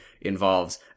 involves